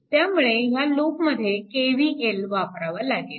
त्यामुळे ह्या लूपमध्ये KVL वापरावा लागेल